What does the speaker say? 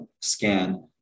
scan